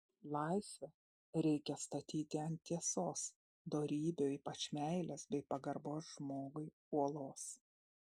laisvę reikia statyti ant tiesos dorybių ypač meilės bei pagarbos žmogui uolos